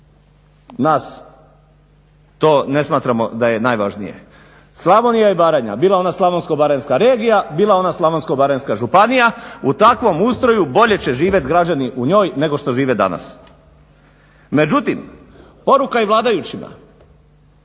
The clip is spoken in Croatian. nas to ne smatramo da je najvažnije. Slavonija i Baranja, bila ona slavonsko-baranjska regija, bila ona Slavonsko-baranjska županija u takvom ustroju bolje će živjet građani u njoj nego što žive danas. Međutim, poruka i vladajućima.